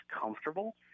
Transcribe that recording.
comfortable